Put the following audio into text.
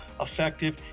effective